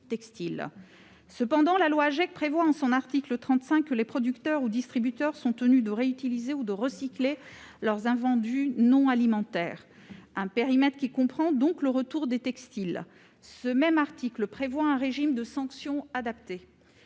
Cependant, la loi AGEC prévoit en son article 35 que les producteurs ou distributeurs sont tenus de réutiliser ou de recycler leurs invendus non alimentaires- un périmètre qui comprend donc les retours de textiles. Ce même article prévoit un régime de sanction adapté.